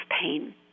pain